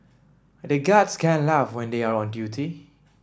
the guards can't laugh when they are on duty